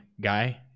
guy